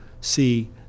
see